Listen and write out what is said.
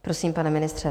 Prosím, pane ministře.